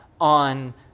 on